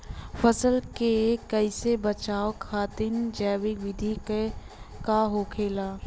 फसल के कियेसे बचाव खातिन जैविक विधि का होखेला?